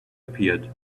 appeared